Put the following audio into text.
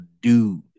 dude